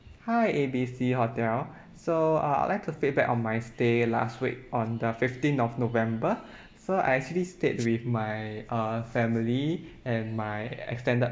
hi A B C hotel so uh I'll like to feedback on my stay last week on the fifteen of november so I actually stayed with my uh family and my extended